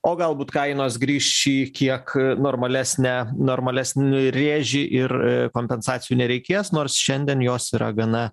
o galbūt kainos grįš į kiek normalesnę normalesnį rėžį ir kompensacijų nereikės nors šiandien jos yra gana